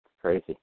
crazy